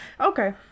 okay